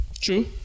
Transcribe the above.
true